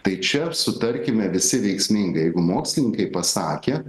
tai čia sutarkime visi veiksmingai jeigu mokslininkai pasakė